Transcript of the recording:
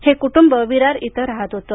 हे कुटुंब विरार इथं राहत होत